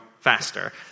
faster